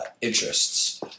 interests